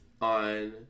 on